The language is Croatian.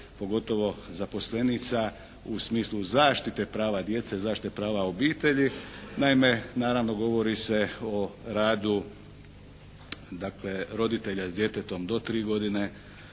pogotovo zaposlenica u smislu zaštite prava djece, zaštite prava obitelji. Naime naravno govori se o radu dakle roditelja s djetetom do tri godine